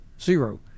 zero